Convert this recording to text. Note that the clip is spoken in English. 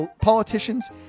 politicians